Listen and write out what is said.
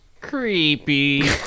Creepy